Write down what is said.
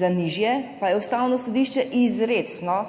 Za nižje pa je Ustavno sodišče izrecno